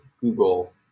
Google